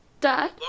Dad